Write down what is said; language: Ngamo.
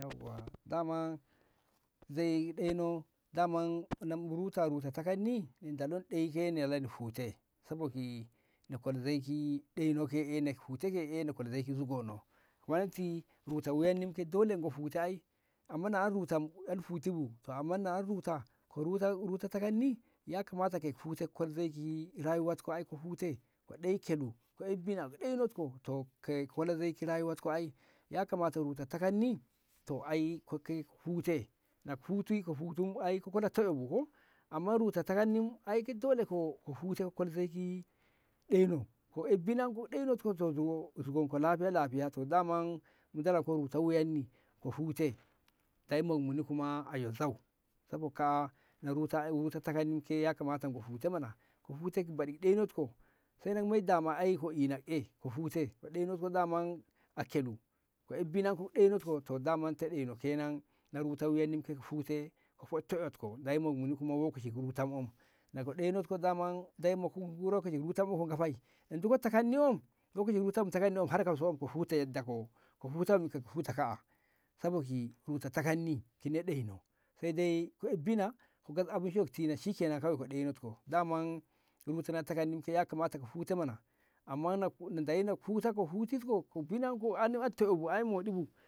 yauwa daman zoik ɗeno daman na mu ruta ruta takanni na dalak ɗoike na dalak ni hute sabo ki na kolak zoi ki ɗaino ke'e na kola zoi ki zugono ka monoti ruta wuyanni ke dole ngo hute ai amman na an ruta mu an huti bu to amman na an ruta ka ruta ruta takanni yakamata ke ka hute kola zoi ki rayuwat ko ai ka hute ka ɗoi kelu ka ai bina ka ɗoinat ko to ke ka kola zoi ki rayuwat ko ai yakamata amma ruta takanni to ai kake hute naka hutu ka hutu ai ka kola to'o bu zugonko lahiya lahiya to daman mu dolanko reta wuyanni ka hute Deyi mok muni kuma a yo zau sabo kaa'a ni ruta ke ruta takanni yakamata ngo hute mana ka hutek baɗik ɗeinot ko saina moi dama ai ka inat e ka hutet ko daman a kelu ka aii binat ko ka ɗeino to daman ito ɗaino kenan na ruta wuyat ni ke ka hute ka fot to'enko Deyi mok moni kuma lokaci ruta wom na ka ɗainot ko daman Deyi na nduko takanni wom lokaci ruta har kauso ka hute yardat ko wom ka hute ka hute kaa'a sabo ki ruta takanni dunya kine ɗeyino sai dai ka ai bina ka moi abinci yo ka tishe shikenan kawai ka ɗeinot ko daman ya kamata ka hute mana amman na Deyi na ka hute hutet ko an to'ebu ai moɗi bu